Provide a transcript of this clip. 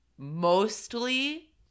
Mostly